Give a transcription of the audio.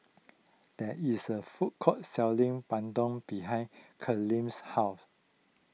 there is a food court selling Bandung behind Camryn's house